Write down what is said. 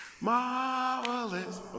marvelous